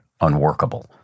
unworkable